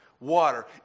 Water